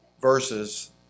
verses